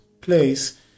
place